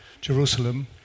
Jerusalem